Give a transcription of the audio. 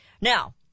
Now